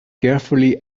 carefully